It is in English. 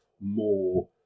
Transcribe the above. more